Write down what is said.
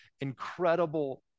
incredible